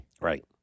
Right